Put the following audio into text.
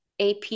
AP